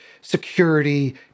security